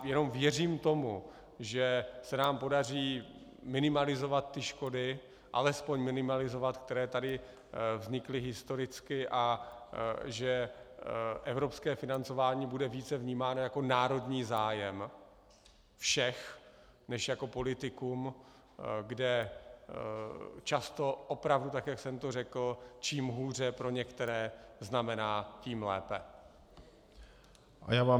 Jenom věřím tomu, že se nám podaří minimalizovat škody, alespoň minimalizovat, které tady vznikly historicky, a že evropské financování bude více vnímáno jako národní zájem všech než jako politikum, kde často opravdu, tak jak jsem to řekl, čím hůře pro některé znamená tím lépe.